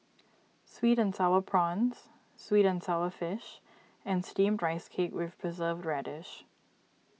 Sweet and Sour Prawns Sweet and Sour Fish and Steamed Rice Cake with Preserved Radish